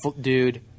dude